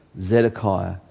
Zedekiah